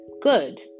good